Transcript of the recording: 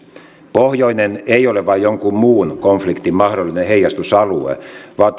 pohjoinen ei ole vain jonkun muun konfliktin mahdollinen heijastusalue vaan